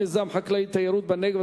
מיזם חקלאי-תיירותי בנגב),